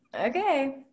Okay